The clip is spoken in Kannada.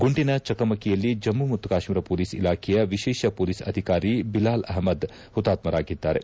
ಗುಂಡಿನ ಚಕಮಕಿಯಲ್ಲಿ ಜಮ್ಮ ಮತ್ತು ಕಾಶ್ಮೀರ ಮೋಲಿಸ್ ಇಲಾಖೆಯ ವಿಶೇಷ ಮೊಲೀಸ್ ಅಧಿಕಾರಿ ಬಿಲಾಲ್ ಅಹಮದ್ ಹುತಾತ್ಕರಾಗಿದ್ದಾರೆ